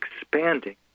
expanding